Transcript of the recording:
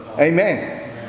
Amen